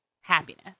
happiness